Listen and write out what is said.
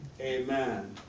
Amen